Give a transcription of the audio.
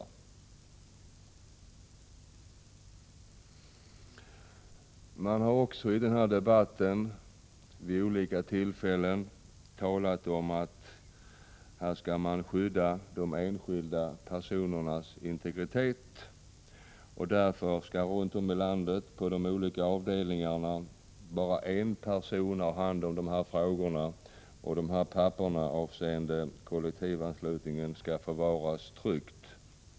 Man har även i denna debatt vid olika tillfällen talat om att man skall skydda de enskilda personernas integritet. Därför skall runt om i landet på de olika avdelningarna bara en person ha hand om dessa frågor och papper avseende kollektivanslutningen förvaras på ett betryggande sätt.